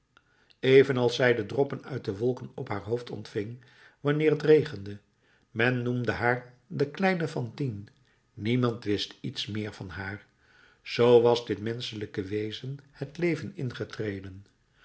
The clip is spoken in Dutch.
evenals zij de droppen uit de wolken op haar hoofd ontving wanneer het regende men noemde haar de kleine fantine niemand wist iets meer van haar z was dit menschelijke wezen het leven ingetreden